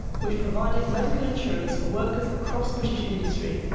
which provided medical insurance for workers across british industry,